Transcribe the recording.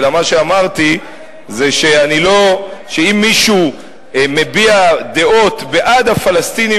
אלא מה שאמרתי זה שאם מישהו מביע דעות בעד הפלסטינים